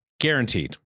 Guaranteed